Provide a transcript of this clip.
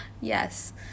Yes